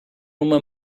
uma